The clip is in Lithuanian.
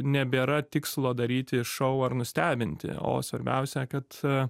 nebėra tikslo daryti šou ar nustebinti o svarbiausia kad